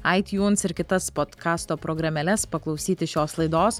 itunes ir kitas podkasto programėles paklausyti šios laidos